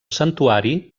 santuari